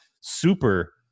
super